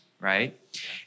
right